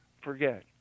forget